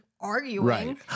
arguing